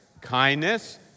kindness